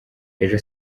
ejo